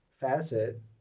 facet